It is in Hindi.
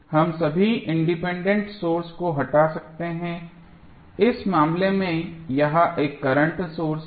हम सभी इंडिपेंडेंट सोर्सेज को हटा सकते हैं इस मामले में यह एक करंट सोर्स है